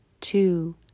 two